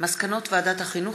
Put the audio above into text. מזכירת הכנסת